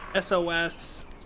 SOS